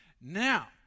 Now